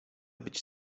być